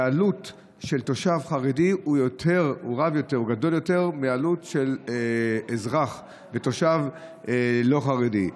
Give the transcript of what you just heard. שהעלות של תושב חרדי היא רבה יותר גדולה מעלות של אזרח ותושב לא חרדי.